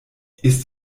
ist